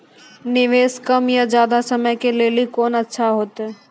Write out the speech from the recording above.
निवेश कम या ज्यादा समय के लेली कोंन अच्छा होइतै?